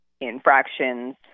infractions